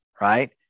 right